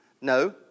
No